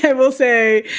yeah will say,